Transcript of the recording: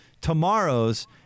Tomorrows